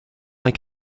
like